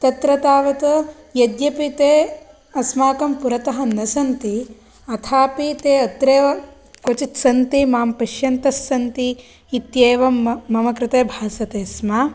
तत्र तावत् यद्यपि ते अस्माकं पुरतः न सन्ति अथापि ते अत्रैव क्वचित् सन्ति मां पश्यन्तः सन्ति इत्येव मम कृते भासते स्म